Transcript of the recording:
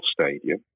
stadium